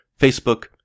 Facebook